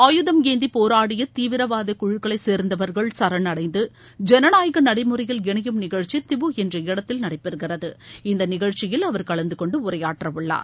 ஆயுதம் ஏந்தி போராடிய தீவிரவாத குழுக்களைச் சேர்ந்தவர்கள் சரனடைந்து ஜனநாயக நடைமுறையில் இணையும் நிகழ்ச்சி திபு என்ற இடத்தில் நடைபெறுகிறது இந்த நிகழ்ச்சியில் அவர் கலந்து கொண்டு உரையாற்றவுள்ளார்